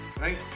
right